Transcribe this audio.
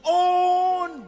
own